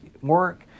work